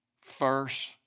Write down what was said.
first